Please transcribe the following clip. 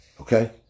Okay